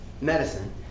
medicine